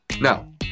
Now